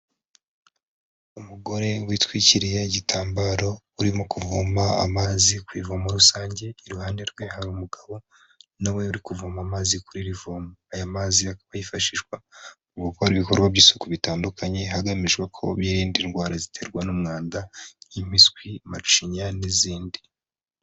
Umugore witwikiriye igitambaro urimo kuvoma amazi ku ivuomo rusange, iruhande rwe hari umugabo na we uri kuvoma amazi kuri iri vomo ,aya mazi aka yifashishwa mu gukora ibikorwa by'isuku bitandukanye hagamijwe ko biririnda indwara ziterwa n'umwanda nk'impiswi macinya n'izindi.